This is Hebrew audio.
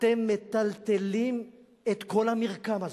אתם מטלטלים את כל המרקם הזה.